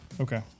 Okay